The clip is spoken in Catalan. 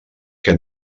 que